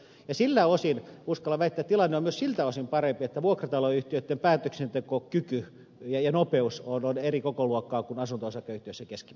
siltä osin uskallan väittää että tilanne on myös siltä osin parempi että vuokrataloyhtiöitten päätöksentekokyky ja nopeus on eri kokoluokkaa kuin asunto osakeyhtiöissä keskimäärin